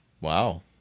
Wow